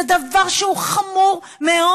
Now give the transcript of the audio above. זה דבר שהוא חמור מאוד.